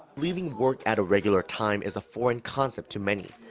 leaving work at a regular time is a foreign concept to many.